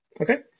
Okay